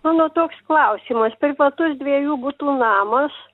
mano toks klausimas privatus dviejų butų namas